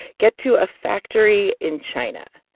get to a factory in china?